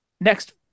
Next